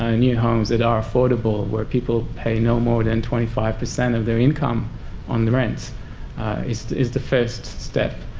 ah new homes that are affordable where people pay no more than twenty five per cent of their income on the rent is is the first step.